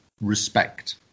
respect